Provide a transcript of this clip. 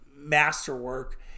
masterwork